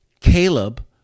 Caleb